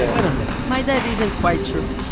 i don't know my dad isn't quite sure,